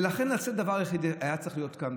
ולכן לצאת זה הדבר היחידי שהיה צריך להיות כאן,